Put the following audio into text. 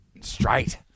Straight